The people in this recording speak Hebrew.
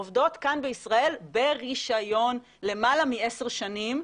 עובדות כאן בישראל ברישיון למעלה מ-10 שנים,